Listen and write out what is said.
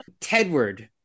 Tedward